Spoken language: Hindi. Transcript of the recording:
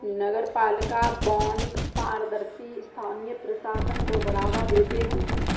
नगरपालिका बॉन्ड पारदर्शी स्थानीय प्रशासन को बढ़ावा देते हैं